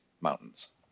mountains